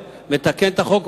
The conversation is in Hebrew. ולתקן את החוק,